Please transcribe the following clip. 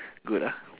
good ah